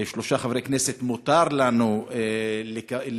שלושה חברי כנסת, מותר לנו לבקר,